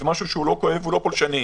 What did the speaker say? זה לא כואב ולא פולשני,